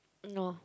no